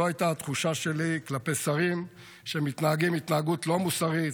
זו הייתה התחושה שלי כלפי שרים שמתנהגים התנהגות לא מוסרית,